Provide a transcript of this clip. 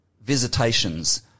visitations